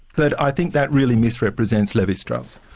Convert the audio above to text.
but i think that really misrepresents levi-strauss.